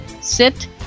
Sit